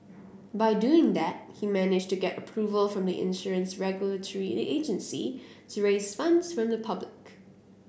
by doing that he managed to get approval from the insurance regulatory agency to raise funds from the public